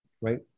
right